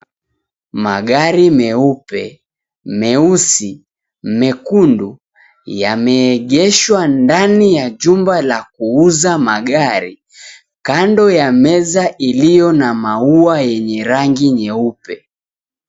Magari meupe, meusi, mekundu yameegeshwa ndani ya jumba la kuuza magari, kando ya meza iliyo na maua yenye rangi nyeupe.